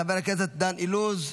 חבר הכנסת דן אילוז,